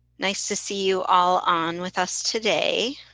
nice to see you all on with us today.